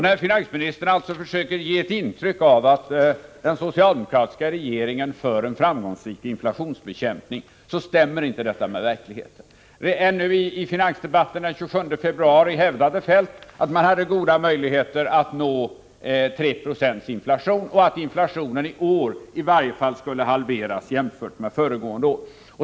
När finansministern försöker ge intryck av att den socialdemokratiska regeringen bedriver en framgångsrik inflationsbekämpning stämmer inte detta med verkligheten. Ännu i finansdebatten den 27 februari hävdade Kjell-Olof Feldt att man hade goda möjligheter att nå 3 26 inflation och att inflationen i år i varje fall skulle halveras jämfört med föregående år.